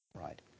Right